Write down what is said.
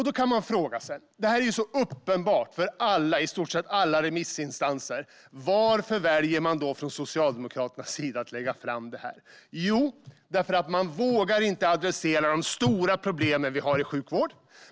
Detta är uppenbart för i stort sett alla remissinstanser, och då kan man fråga sig varför Socialdemokraterna väljer att lägga fram detta. Jo, de gör det därför att de inte vågar adressera de stora problem vi har i sjukvården.